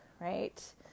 right